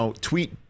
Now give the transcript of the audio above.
tweet